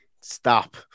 stop